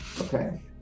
Okay